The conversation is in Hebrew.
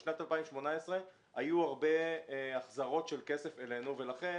בשנת 2018 היו הרבה החזרות של כסף אלינו ולכן